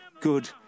good